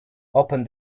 opened